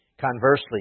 Conversely